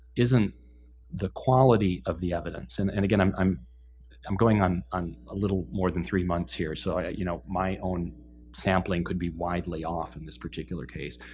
isn't the quality of the evidence. and and again, i'm i'm um going on on a little more than three months here, so yeah you know my own sampling could be widely off in this particular case.